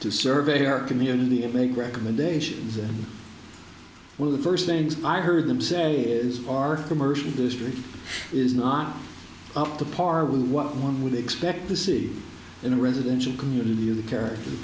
to survey our community and make recommendations that were the first things i heard them say is our commercial district is not up to par with what one would expect to see in a residential community the character